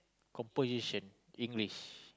composition English